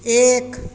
एक